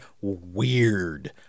weird